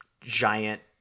giant